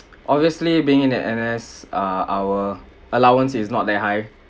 obviously being in at N_S uh our allowance is not that high